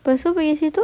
lepas tu pergi situ